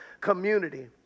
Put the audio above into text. community